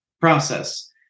process